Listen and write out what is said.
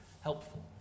helpful